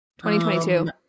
2022